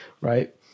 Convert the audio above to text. Right